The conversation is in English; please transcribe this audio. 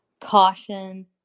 Caution